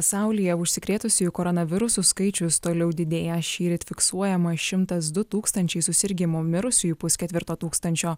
pasaulyje užsikrėtusiųjų koronavirusu skaičius toliau didėja šįryt fiksuojama šimtas du tūkstančiai susirgimų mirusiųjų pusketvirto tūkstančio